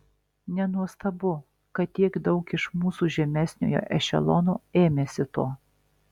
nenuostabu kad tiek daug iš mūsų žemesniojo ešelono ėmėsi to